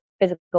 physical